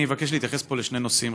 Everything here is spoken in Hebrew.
אני אבקש להתייחס פה לשני נושאים.